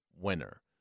winner